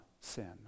sin